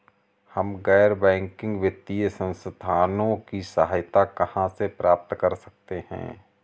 हम गैर बैंकिंग वित्तीय संस्थानों की सहायता कहाँ से प्राप्त कर सकते हैं?